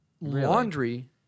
Laundry